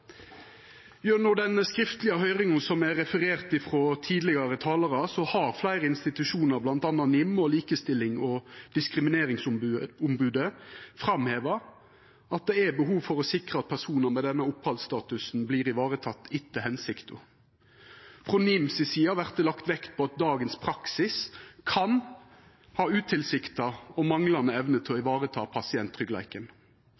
Gjennom den skriftlege høyringa som er referert frå tidlegare talarar, har fleire institusjonar, bl.a. NIM og Likestillings- og diskrimineringsombodet, framheva at det er behov for å sikra at personar med denne opphaldsstatusen vert varetekne etter hensikta. Frå NIM si side vert det lagt vekt på at dagens praksis kan ha utilsikta og manglande evner til å